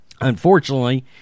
Unfortunately